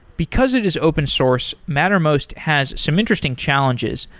because it is open source, mattermost has some interesting challenges,